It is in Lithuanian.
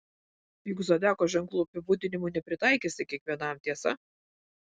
juk zodiako ženklų apibūdinimų nepritaikysi kiekvienam tiesa